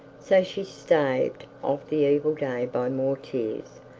so she staved off the evil day by more tears,